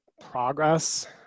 progress